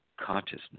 consciousness